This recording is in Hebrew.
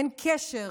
אין קשר